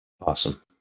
Awesome